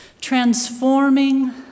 transforming